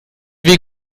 weg